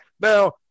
Now